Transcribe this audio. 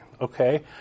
okay